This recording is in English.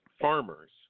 farmers